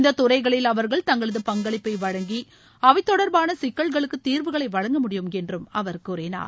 இந்த துறைகளில் அவர்கள் தங்களது பங்களிப்பை வழங்கி அவை தொடர்பான சிக்கல்களுக்கு தீர்வுகளை வழங்க முடியும் என்று அவர் கூறினார்